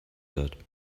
that